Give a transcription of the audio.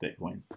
Bitcoin